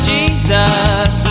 Jesus